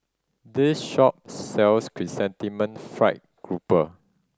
this shop sells Chrysanthemum Fried Grouper